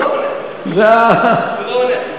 הוא לא עונה, הוא לא עונה.